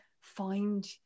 find